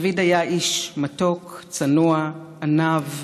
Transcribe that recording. דוד היה איש מתוק, צנוע, ענו,